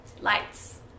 lights